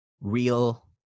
real